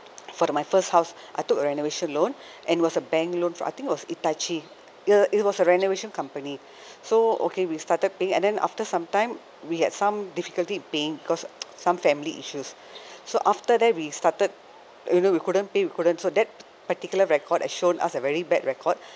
for the my first house I took a renovation loan and it was a bank loan for I think it was itachi ya it was a renovation company so okay we started paying and then after some time we had some difficulty paying because some family issues so after that we started you know we couldn't pay we couldn't so that particular record has shown us a very bad record